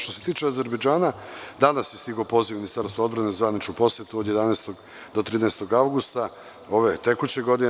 Što se tiče Azerbejdžana, danas je stigao poziv Ministarstvu odbrane za zvaničnu posetu od 11. do 13. avgusta tekuće godine.